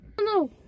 No